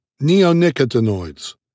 Neonicotinoids